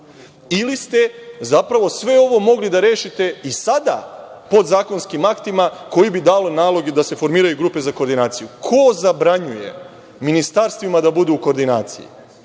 Ili ste zapravo sve ovo mogli da rešite i sada podzakonskim aktima koji bi dali naloge da se formiraju grupe za koordinaciju. Ko zabranjuje ministarstvima da budu u koordinaciji?